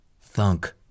Thunk